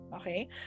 okay